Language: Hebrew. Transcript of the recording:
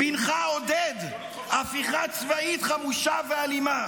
בנך עודד הפיכה צבאית חמושה ואלימה